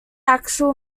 actual